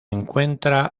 encuentra